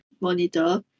monitor